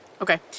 Okay